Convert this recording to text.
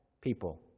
people